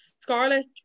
Scarlet